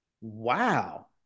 Wow